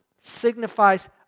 signifies